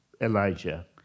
Elijah